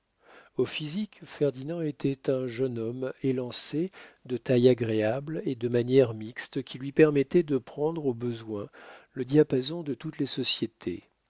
au physique ferdinand était un jeune homme élancé de taille agréable et de manières mixtes qui lui permettaient de prendre au besoin le diapason de toutes les sociétés